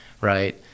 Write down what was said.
right